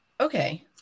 okay